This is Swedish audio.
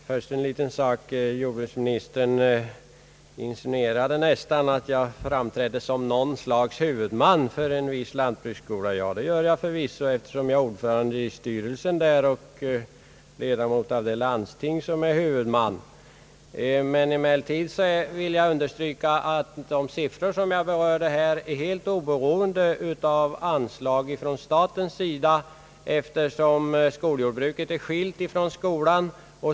Herr talman! Jordbruksministern insinuerade nästan att jag framträdde som något slags huvudman för en viss lantbruksskola. Ja, det gör jag förvisso, eftersom jag är ordförande i styrelsen där och ledamot av det landsting som är skolans huvudman. Emellertid vill jag understryka att de siffror som jag här berörde är helt oberoende av an slag från staten, eftersom skoljordbruket är skilt från skolan.